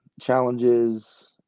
challenges